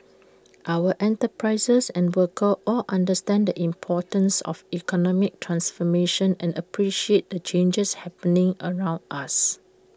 our enterprises and workers all understand the importance of economic transformation and appreciate the changes happening around us